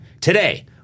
today